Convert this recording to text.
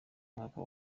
mwaka